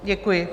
Děkuji.